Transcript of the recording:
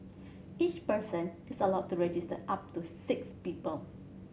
each person is allowed to register up to six people